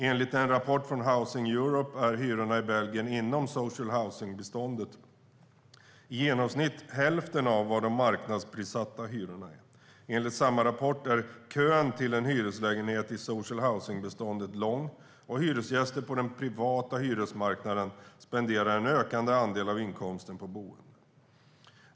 Enligt en rapport från Housing Europe är hyrorna i Belgien inom social housing-beståndet i genomsnitt hälften av vad de marknadsprissatta hyrorna är. Enligt samma rapport är kön till en hyreslägenhet i social housing-beståndet lång, och hyresgäster på den privata hyresmarknaden spenderar en ökande andel av inkomsten på boende.